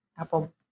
apple